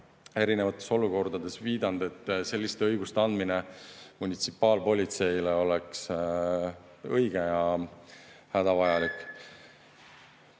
erinevates olukordades viidanud, et selliste õiguste andmine munitsipaalpolitseile oleks õige ja hädavajalik.